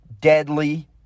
deadly